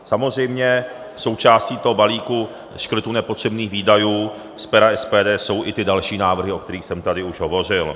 Samozřejmě součástí toho balíku škrtů nepotřebných výdajů z pera SPD jsou i ty další návrhy, o kterých jsem tady už hovořil.